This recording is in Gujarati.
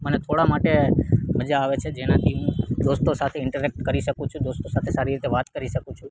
મને થોડા માટે મજા આવે છે જેનાથી હું દોસ્તો સાથે ઈન્ટરેક્ટ કરી શકું છું દોસ્તો સાથે સારી રીતે વાત કરી શકું છું